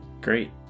great